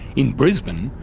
in brisbane,